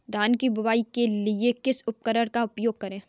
धान की बुवाई करने के लिए किस उपकरण का उपयोग करें?